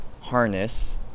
harness